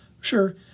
Sure